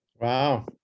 Wow